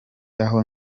aho